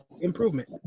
improvement